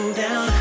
down